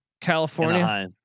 California